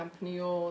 גם פניות,